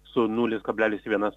su nulis kablelis vienas